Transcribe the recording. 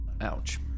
Ouch